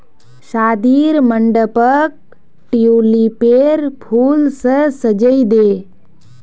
शादीर मंडपक ट्यूलिपेर फूल स सजइ दे